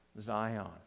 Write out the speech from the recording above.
zion